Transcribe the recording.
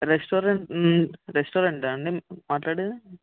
restaurant రెస్టారెంటా అండి మాట్లాడేది